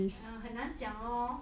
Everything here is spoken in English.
err 很难讲 lor